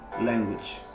language